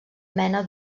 mena